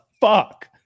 fuck